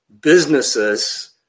businesses